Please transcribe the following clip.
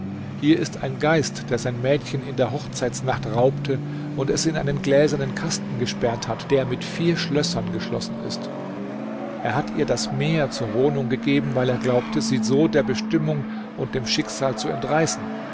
hier ist ein geist der sein mädchen in der hochzeitsnacht raubte und es in einen gläsernen kasten gesperrt hat der mit vier schlössern geschlossen ist er hat ihr das meer zur wohnung gegeben weil er glaubte sie so der bestimmung und dem schicksal zu entreißen